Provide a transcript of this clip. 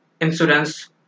Insurance